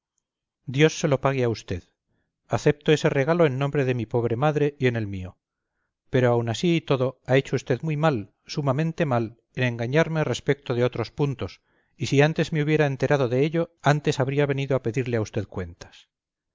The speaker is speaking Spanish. dios se lo pague a usted acepto ese regalo en nombre de mi pobre madre y en el mío pero aun así y todo ha hecho usted muy mal sumamente mal en engañarme respecto de otros puntos y si antes me hubiera enterado de ello antes habría venido a pedirle a usted cuentas